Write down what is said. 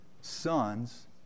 sons